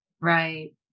Right